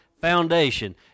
foundation